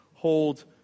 hold